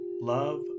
love